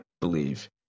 believe